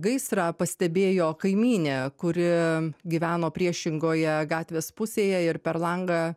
gaisrą pastebėjo kaimynė kuri gyveno priešingoje gatvės pusėje ir per langą